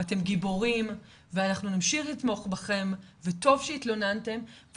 אתם גיבורים ואנחנו נמשיך לתמוך בכם וטוב שהתלוננתם,